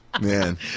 Man